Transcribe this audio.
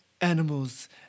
animals